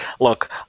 look